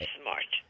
smart